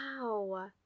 Wow